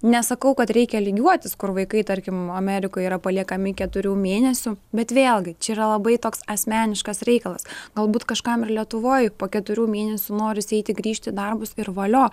nesakau kad reikia lygiuotis kur vaikai tarkim amerikoj yra paliekami keturių mėnesių bet vėlgi čia yra labai toks asmeniškas reikalas galbūt kažkam ir lietuvoj po keturių mėnesių norisi eiti grįžti į darbus ir valio